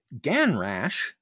Ganrash